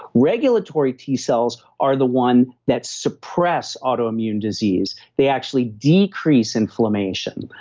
regulatory t cells are the one that suppress autoimmune disease. they actually decrease inflammation.